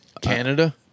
Canada